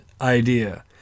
idea